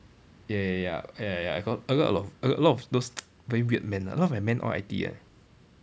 ya ya ya ya ya ya I got I got a lot of a a lot of those very weird men a lot of my men all I_T_E [one]